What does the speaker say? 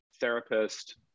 therapist